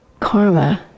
karma